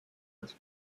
its